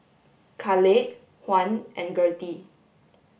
Caleigh Juan and Gertie